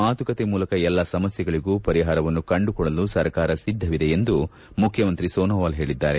ಮಾತುಕತೆ ಮೂಲಕ ಎಲ್ಲಾ ಸಮಸ್ಟೆಗಳಗೂ ಪರಿಹಾರವನ್ನು ಕಂಡುಕೊಳ್ಳಲು ಸರ್ಕಾರ ಸಿದ್ದವಿದೆ ಎಂದು ಮುಖ್ಯಮಂತ್ರಿ ಸೋನೋವಾಲ್ ಹೇಳಿದ್ದಾರೆ